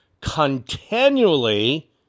continually